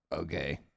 okay